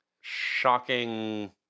shocking